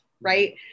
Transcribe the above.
Right